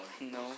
No